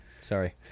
Sorry